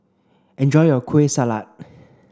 enjoy your Kueh Salat